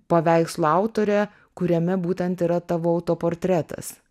paveikslo autorė kuriame būtent yra tavo autoportretas